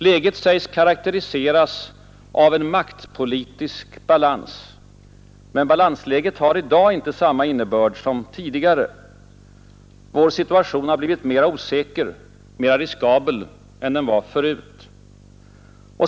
Läget säges karakteriseras ”av en maktpolitisk balans”. Men balansläget har i dag inte samma innebörd som tidigare. Vår situation har blivit mera osäker, mera riskabel än den var förut.